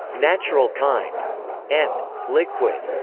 natural kind and liquid